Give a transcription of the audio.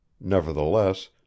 Nevertheless